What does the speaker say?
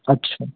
अच्छा